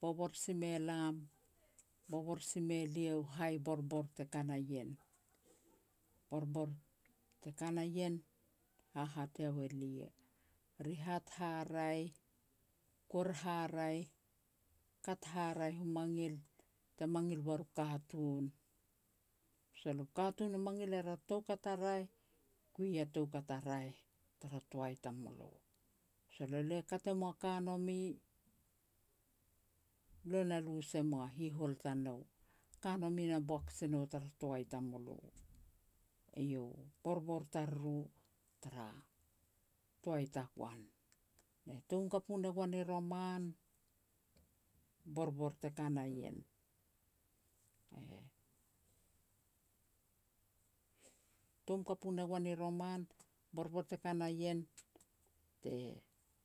bobor si me lam, bobor si me lia u hai borbor te ka na ien. Borbor te ka na ien hahat eiau elia, rihat haraeh, kuer haraeh, kat haraeh u mangil te mangil uar u katun. Sol u katun e mangil er a toukat a raeh, kui a toukat a raeh tara toai tamulo. Sol elo e kat e mua ka nome, lo na lu se mua hihol tanou, ka nome na boak si nou a tara toai tamulo. Eiau borbor tariru tara toai tagoan, ne tom kapu ne goan i roman borbor te ka na ien. E tom kapu ne goan i roman borbor te ka na ien, te